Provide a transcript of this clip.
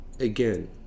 Again